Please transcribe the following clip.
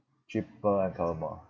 cheaper and cover more